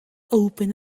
opened